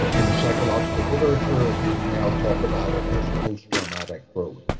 in the psychological literature, we now talk about it as post-traumatic growth.